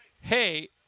hey